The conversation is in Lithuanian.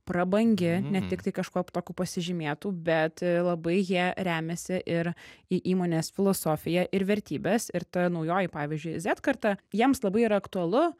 prabangi ne tiktai kažkuo tokiu pasižymėtų bet labai jie remiasi ir į įmonės filosofiją ir vertybes ir ta naujoji pavyzdžiui zet karta jiems labai yra aktualu